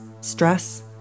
stress